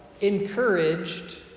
encouraged